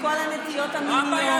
מכל הנטיות המיניות,